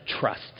trust